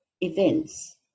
events